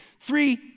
three